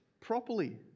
properly